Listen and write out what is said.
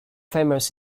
famous